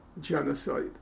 genocide